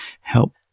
help